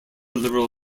liberal